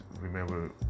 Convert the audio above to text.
remember